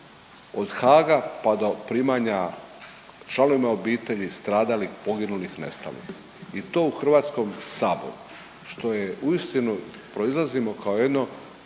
od Haga pa do primanja članovima obitelji, stradalih, poginulih i nestalih i to u HS, što je uistinu proizlazimo kao jedno